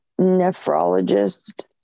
nephrologist